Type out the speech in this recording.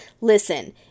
Listen